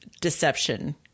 deception